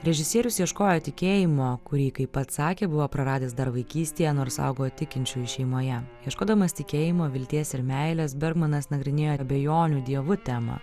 režisierius ieškojo tikėjimo kurį kaip pats sakė buvo praradęs dar vaikystėje nors augo tikinčioj šeimoje ieškodamas tikėjimo vilties ir meilės bergmanas nagrinėja abejonių dievu temą